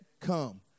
come